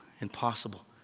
Impossible